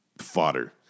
fodder